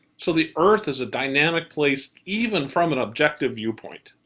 so the earth is a dynamic place, even from an objective viewpoint.